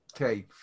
Okay